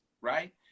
right